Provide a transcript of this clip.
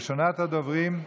ראשונת הדוברים,